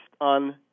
on